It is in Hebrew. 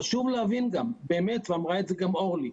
חשוב להבין באמת, ואמרה את זה גם אורלי.